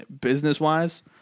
business-wise